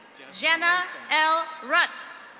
jenna l ruts.